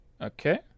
Okay